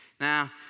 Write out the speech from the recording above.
Now